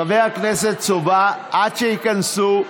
חבר הכנסת סובה, עד שייכנסו,